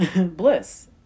bliss